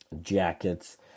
jackets